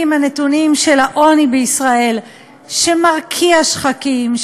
הנתונים של העוני בישראל שמרקיע שחקים,